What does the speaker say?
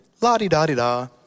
la-di-da-di-da